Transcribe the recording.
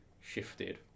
shifted